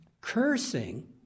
Cursing